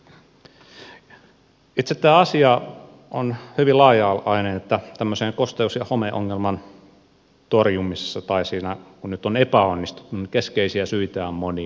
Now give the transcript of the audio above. itse tämä asia on hyvin laaja alainen niin että tämmöisen kosteus ja homeongelman torjumisessa tai siinä kun nyt on epäonnistuttu keskeisiä syitä on monia